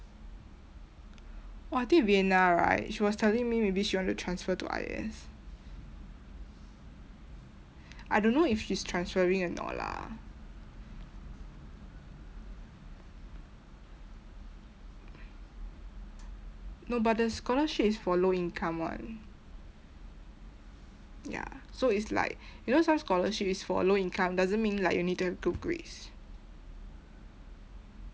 oh I think vienna right she was telling me maybe she want to transfer to I_S I don't know if she's transferring or not lah no but the scholarship is for low income [one] ya so it's like you know some scholarship is for low income doesn't mean like you need to have good grades